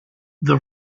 the